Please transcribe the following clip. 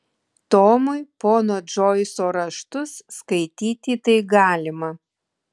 tomui pono džoiso raštus skaityti tai galima